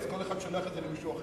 כל אחד שולח למישהו אחר.